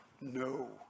No